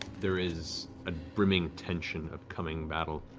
there is a brimming tension of coming battle.